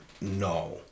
No